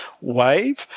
wave